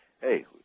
hey